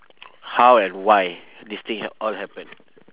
how and why this thing hap~ all happen